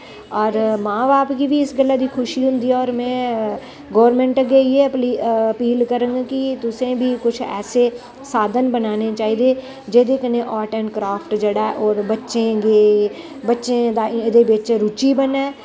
होर मां बाप गी बी इस गल्ला दी खुशी होंदी ऐ होर में गौरमेंट अग्गें इ'यै अपील करङ कि तुसें बी कुछ ऐसे साधन बनाने चाहिदे जेह्दे कन्नै आर्ट एंड क्राफ्ट जेह्ड़ा ऐ ओह् बच्चे गी बच्चे दा एह्दे बिच रूचि बने